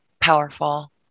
powerful